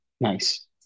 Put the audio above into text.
Nice